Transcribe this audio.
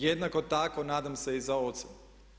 Jednako tako nadam se i za ocem.